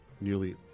nearly